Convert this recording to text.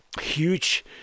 huge